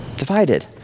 Divided